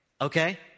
Okay